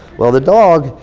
well the dog,